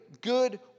good